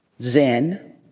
Zen